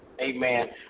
Amen